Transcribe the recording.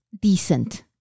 decent